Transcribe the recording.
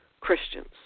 Christians